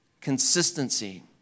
Consistency